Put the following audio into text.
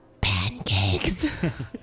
Pancakes